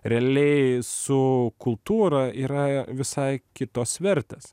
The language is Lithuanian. realiai su kultūra yra visai kitos vertės